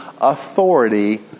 authority